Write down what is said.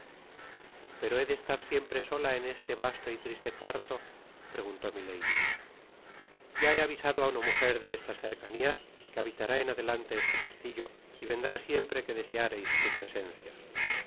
pero he de estar siempre sola en este vasto y triste cuarto preguntó ya se ha avisado á una mujer de estas cercanias que habitará en adelante este castillo y vendrá siempre que deseareis su presencia